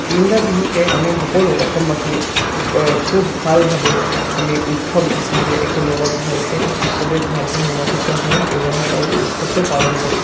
তিনিটা বিহুকে আমি সকলো অসমবাসীয়ে খুব ভালভাৱে আমি উৎসৱ নিচিনাকৈ একেলগত ভালকৈ চবে ভালকৈ সংগঠিত হৈ ব্যৱহাৰ আৰু উৎসৱটো পালন কৰোঁ